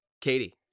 Katie